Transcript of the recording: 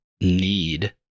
need